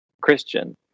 christian